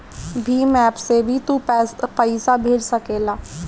Bhim app से भी तू पईसा भेज सकेला